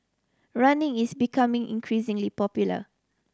running is becoming increasingly popular